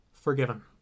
Forgiven